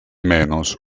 menos